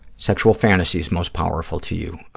sexual fantasies most powerful to you.